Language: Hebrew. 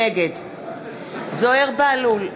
נגד זוהיר בהלול,